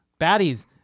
Baddies